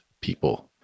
people